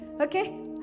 Okay